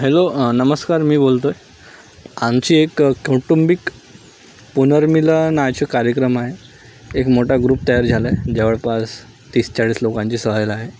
hello नमस्कार मी बोलतो आहे आमची एक कौटुंबिक पुनर्मिलनाचा कार्यक्रम आहे एक मोठा ग्रुप तयार झाला आहे जवळपास तीस चाळीस लोकांची सहल आहे